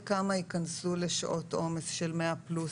וכמה יכנסו לשעות עומס של 100 פלוס?